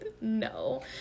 No